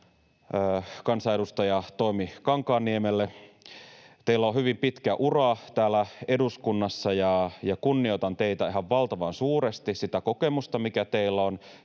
kansanedustaja Toimi Kankaanniemelle. Teillä on hyvin pitkä ura täällä eduskunnassa, ja kunnioitan teitä ihan valtavan suuresti, sitä kokemusta, mikä teillä on,